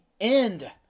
end